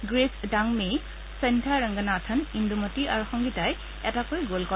grace দ্যাং মেই সন্ধ্যা ৰংগনাথন ইন্দুমতি আৰু সংগীতাই এটাকৈ গ'ল কৰে